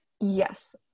Yes